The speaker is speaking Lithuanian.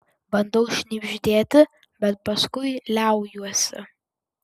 bandau šnibždėti bet paskui liaujuosi